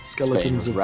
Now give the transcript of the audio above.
Skeletons